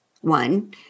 one